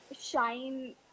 shine